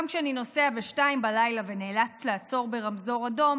גם כשאני נוסע בשתיים בלילה ונאלץ לעצור ברמזור אדום